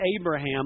Abraham